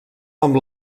amb